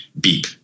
beep